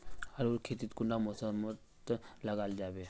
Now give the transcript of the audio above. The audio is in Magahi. आलूर खेती कुंडा मौसम मोत लगा जाबे?